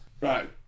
Right